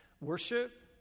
worship